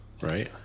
Right